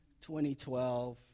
2012